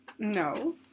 No